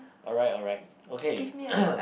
alright alright okay